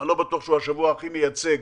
אני לא בטוח שהוא השבוע הכי מייצג